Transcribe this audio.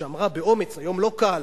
באומץ, היום לא קל